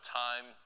time